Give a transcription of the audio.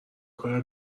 کار